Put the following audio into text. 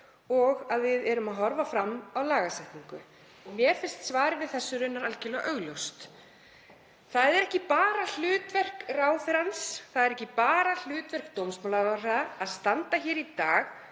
og við horfum fram á lagasetningu. Mér finnst svarið við því raunar algjörlega augljóst. Það er ekki bara hlutverk ráðherrans, það er ekki bara hlutverk dómsmálaráðherra að standa hér í dag